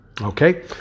Okay